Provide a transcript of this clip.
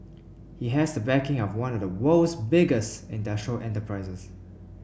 he has a backing of one of the world's biggest industrial enterprises